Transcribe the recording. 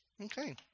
Okay